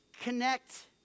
connect